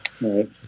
Right